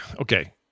okay